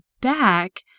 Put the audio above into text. back